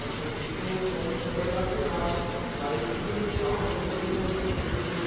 মানে যেতেও কম সময় লাগবে আর বাইকে করে যাওয়া মানে এই না যে আনন্দ